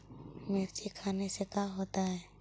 मिर्ची खाने से का होता है?